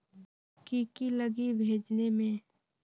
की की लगी भेजने में?